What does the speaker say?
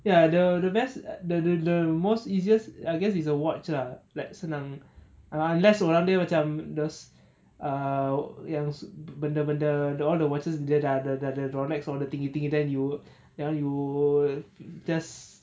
ya the the best the most easiest I guess is a watch lah like senang ah unless orang dia macam those uh yang benda benda the all the watches dia dah dah dah ada rolex all the thingy thing then you then you just